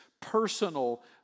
personal